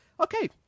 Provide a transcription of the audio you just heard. okay